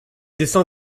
destins